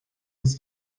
uns